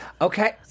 Okay